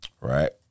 Right